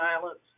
violence